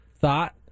thought